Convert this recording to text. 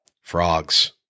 Frogs